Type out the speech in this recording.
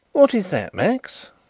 what is that, max?